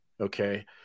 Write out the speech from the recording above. okay